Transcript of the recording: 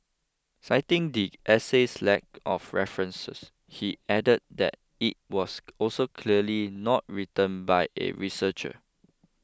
citing the essay's lack of references he added that it was also clearly not written by a researcher